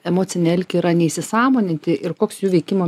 emocinį alkį yra neįsisąmoninti ir koks jų veikimo